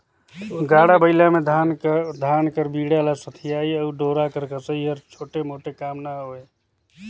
गाड़ा बइला मे धान कर बीड़ा ल सथियई अउ डोरा कर कसई हर छोटे मोटे काम ना हवे